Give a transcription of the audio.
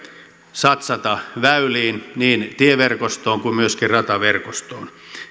satsata väyliin niin tieverkostoon kuin myöskin rataverkostoon